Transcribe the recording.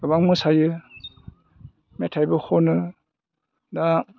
गोबां मोसायो मेथाइबो खनो दा